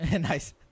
Nice